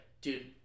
Dude